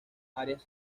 áreas